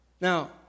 Now